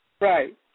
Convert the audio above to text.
Right